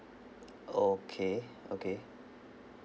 okay okay